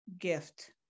gift